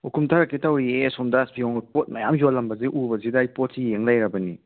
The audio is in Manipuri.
ꯑꯣ ꯀꯨꯝꯊꯔꯛꯀꯦ ꯇꯧꯔꯤꯌꯦ ꯑꯁꯣꯝꯗ ꯌꯦꯡꯉꯨ ꯄꯣꯠ ꯃꯌꯥꯝ ꯌꯣꯜꯂꯝꯕꯁꯦ ꯎꯕꯁꯤꯗ ꯑꯩ ꯄꯣꯠꯁꯤ ꯌꯦꯡ ꯂꯩꯔꯕꯅꯦ